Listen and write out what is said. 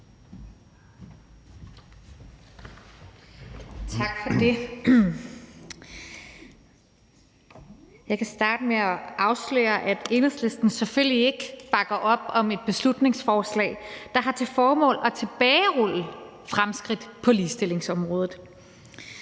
Tak for det. Jeg kan starte med at afsløre, at Enhedslisten selvfølgelig ikke bakker op om et beslutningsforslag, der har til formål at tilbagerulle fremskridt på ligestillingsområdet.